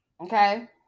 Okay